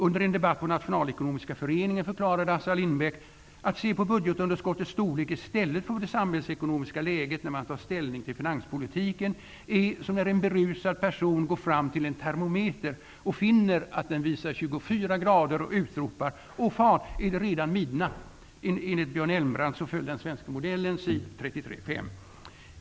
Under en debatt på ''Att se på budgetunderskottets storlek istället för det samhällsekonomiska läget när man tar ställning till finanspolitiken är som när en berusad person går fram till en termometer och finner att den visar 24 grader och utropar: ''Å fan är det redan midnatt!'''